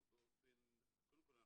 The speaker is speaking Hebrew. קודם כל,